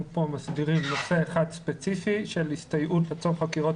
כאן מסדירים נושא אחד ספציפי של הסתייעות לצורך חקירות